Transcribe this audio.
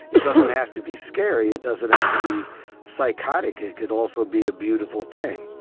it doesn't have to be scary, it doesn't have to be psychotic, it could also be a beautiful thing.